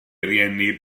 rieni